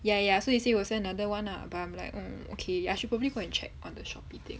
ya ya so he say was another one lah but I'm like oh okay I should probably go and check on the shopee thing